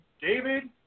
David